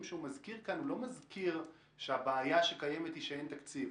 הוא לא מזכיר שהבעיה היא שאין תקציב.